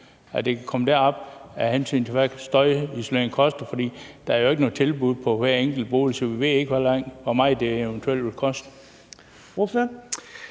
kan komme derop, på grund af hvad støjisolering koster? For der er jo ikke noget tilbud for hver enkelt bolig, så vi ved ikke, hvor meget det eventuelt vil koste.